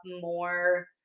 more